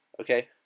okay